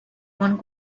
one